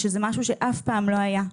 שזה משהו שאף פעם לא היה.